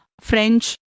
French